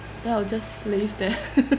then I'll just laze there